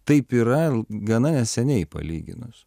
taip yra gana neseniai palyginus